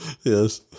Yes